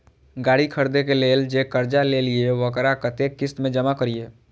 गाड़ी खरदे के लेल जे कर्जा लेलिए वकरा कतेक किस्त में जमा करिए?